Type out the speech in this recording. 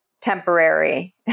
temporary